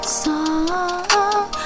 song